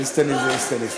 איסטניס זה איסטניס.